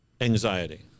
anxiety